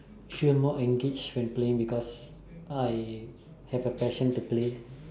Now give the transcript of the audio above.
feel more engaged when playing because I have a passion to play